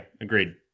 agreed